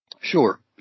Sure